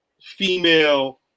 female